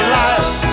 life